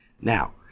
Now